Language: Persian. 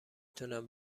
تونم